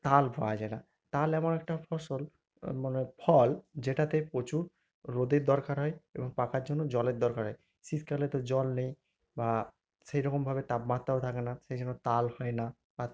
তাল পাওয়া যায় না তাল এমন একটা ফসল মানে ফল যেটাতে প্রচুর রোদের দরকার হয় এবং পাকার জন্য জলের দরকার হয় শীতকালেতে জল নেই বা সেই রকমভাবে তাপমাত্রাও থাকে না সেই জন্য তাল হয় না বাৎ